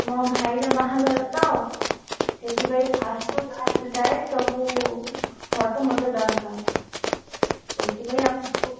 ମୋ ଭାଇ ର ବାହାଘର ତ ସେଥିପାଇଁ ଫାର୍ଷ୍ଟ ରୁ ଲାଷ୍ଟ ଯାଏ ସବୁ ଫୋଟୋ ମୋତେ ଦରକାର ସେଇଥିପାଇଁ ଆପଣଙ୍କୁ